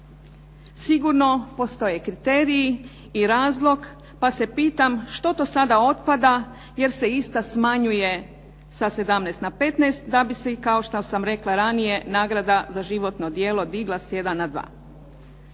sigurno postoje kriteriji i razlog pa se pitam što to sada otpada, jer se ista smanjuje sa 17 na 15 da bi se i kao što sam rekla ranije nagrada za životno djelo digla sa